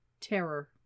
Terror